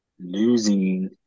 Losing